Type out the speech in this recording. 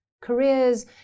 careers